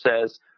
says